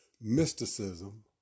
mysticism